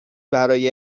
برای